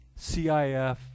CIF